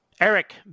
Eric